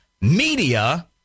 media